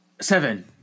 seven